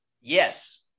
Yes